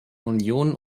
union